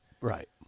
Right